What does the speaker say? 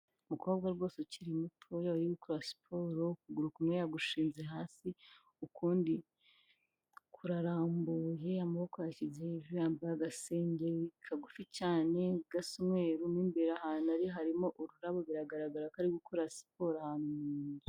Umukobwa rwose ukiri mutoya uri ukora siporo, ukuguru kumwe yagushinze hasi, ukundi kurarambuye, amaboko yayashyize hejuru, yambaye agasengeri kagufi cyane gasa umweru, imbere ahantu ari harimo ururabo biragaragara ko ari gukora siporo ahantu mu nzu.